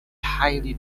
highly